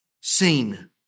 seen